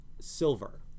silver